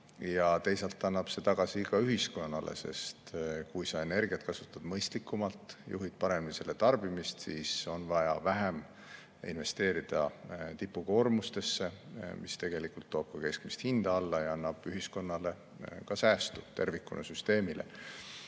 Teisalt annab see tagasi ka ühiskonnale, sest kui sa energiat kasutad mõistlikumalt, juhid paremini selle tarbimist, siis on vaja vähem investeerida tipukoormustesse, mis toob ka keskmist hinda alla ja annab ühiskonnas süsteemile